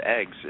eggs